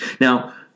Now